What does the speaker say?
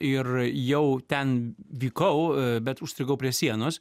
ir jau ten vykau bet užstrigau prie sienos